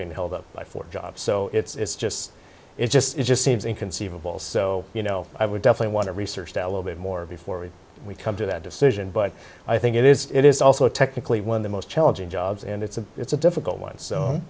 being held up for jobs so it's just it just it just seems inconceivable so you know i would definitely want to research that little bit more before we come to that decision but i think it is it is also technically one of the most challenging jobs and it's a it's a difficult once so